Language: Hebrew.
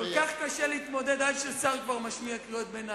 כל כך קשה להתמודד, עד ששר משמיע קריאות ביניים.